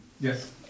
Yes